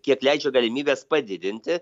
kiek leidžia galimybės padidinti